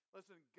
Listen